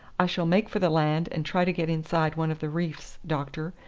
i shall make for the land and try to get inside one of the reefs, doctor,